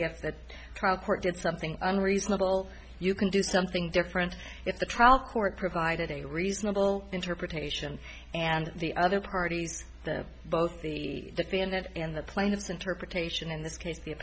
if that trial court did something unreasonable you can do something different if the trial court provided a reasonable interpretation and the other parties the both the defendant and the plaintiff's interpretation in this case the